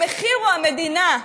המחיר הוא המדינה,